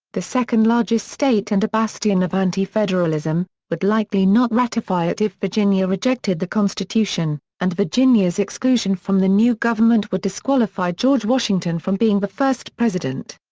the second largest state and a bastion of anti-federalism, would likely not ratify it if virginia rejected the constitution, and virginia's exclusion from the new government would disqualify george washington from being the first president.